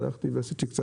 בדקתי.